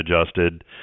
adjusted